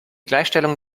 gleichstellung